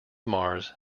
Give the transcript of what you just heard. mars